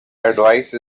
advice